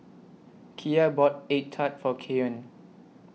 Kiya bought Egg Tart For Keyon